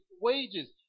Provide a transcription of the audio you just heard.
wages